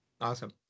Awesome